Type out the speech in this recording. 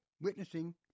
witnessing